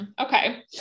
okay